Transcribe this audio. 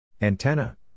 antenna